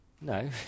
No